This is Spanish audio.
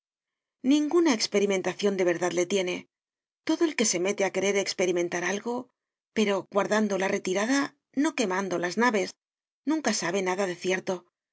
ninguna experimentación de verdad le tiene todo el que se mete a querer experimentar algo pero guardando la retirada no quemando las naves nunca sabe nada de cierto